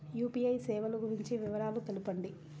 UPI సేవలు గురించి వివరాలు తెలుపండి?